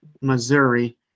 Missouri